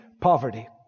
poverty